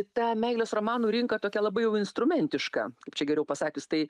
ta meilės romanų rinka tokia labai jau instrumentiška kaip čia geriau pasakius tai